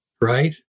right